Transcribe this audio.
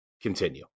continue